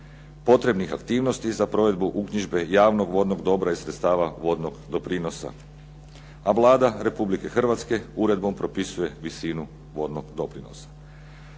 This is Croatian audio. potrebnih aktivnosti za provedbu uknjižbe javnog vodnog dobra iz sredstava vodnog doprinosa. A Vlada Republike Hrvatske uredbom propisuje visinu vodnog doprinosa.